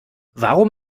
warum